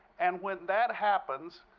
and when that happens,